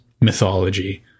mythology